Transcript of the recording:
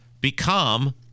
become –